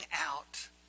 out